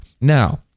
Now